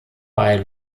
bei